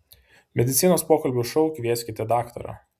medicinos pokalbių šou kvieskite daktarą